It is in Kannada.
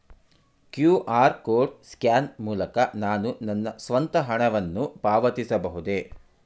ಕ್ಯೂ.ಆರ್ ಕೋಡ್ ಸ್ಕ್ಯಾನ್ ಮೂಲಕ ನಾನು ನನ್ನ ಸ್ವಂತ ಹಣವನ್ನು ಪಾವತಿಸಬಹುದೇ?